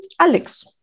Alex